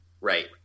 right